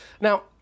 Now